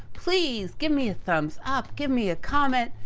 please, give me a thumbs up, give me a comment,